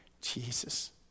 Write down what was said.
Jesus